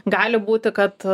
gali būti kad